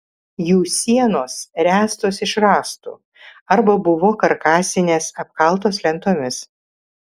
jų sienos ręstos iš rąstų arba buvo karkasinės apkaltos lentomis